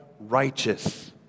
righteous